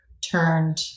turned